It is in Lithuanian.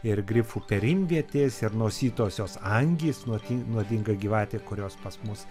ir grifų perimvietės ir nosytosios angys nuodinga gyvatė kurios pas mus